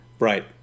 Right